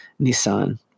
Nissan